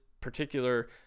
particular